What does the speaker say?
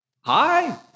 Hi